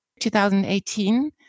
2018